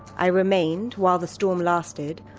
i remained, while the storm lasted,